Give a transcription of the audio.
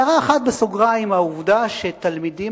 הערה אחת בסוגריים: העובדה שתלמידים